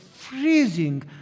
freezing